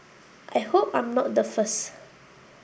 I hope I'm not the first